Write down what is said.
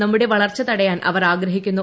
നമ്മുടെ വളർച്ച തടയാൻ അവർ ആഗ്രഹിക്കുന്നു